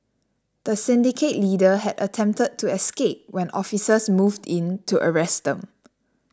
the syndicate leader had attempted to escape when officers moved in to arrest them